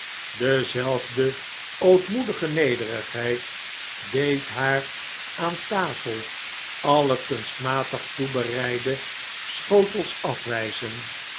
dezelfde ootmoedige nederigheid deed haar aan tafel alle kunstmatig toebereide schotels afwijzen